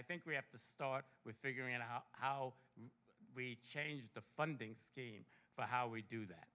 i think we have to start with figuring out how we change the funding scheme for how we do that